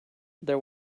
there